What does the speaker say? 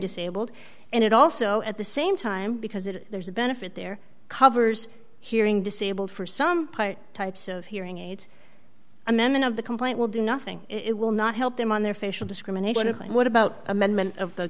disabled and it also at the same time because it there's a benefit there covers hearing disabled for some part types of hearing aids a memon of the complaint will do nothing it will not help them on their facial discrimination or what about amendment of the